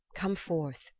come forth,